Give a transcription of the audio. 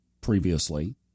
previously